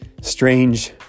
strange